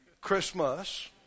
Christmas